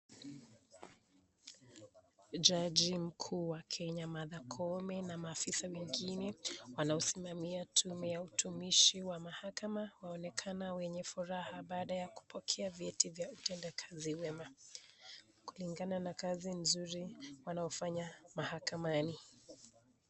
Jaji mkuu wa Kenya Martha Koome na maafisa mengine wanaosimamia tume ya utumizi ya mahakama waonekana wenye furaha baada ya kubokea vyeti vya utaenda kazi mema kulingana na kazi nzuri wanaofanya mahakamani